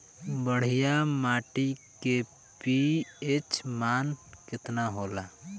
बढ़िया माटी के पी.एच मान केतना होला?